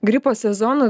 gripo sezonu